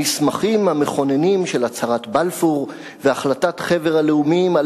המסמכים המכוננים של הצהרת בלפור והחלטת חבר הלאומים על